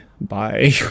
bye